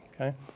Okay